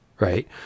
right